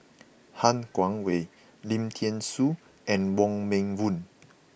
Han Guangwei Lim Thean Soo and Wong Meng Voon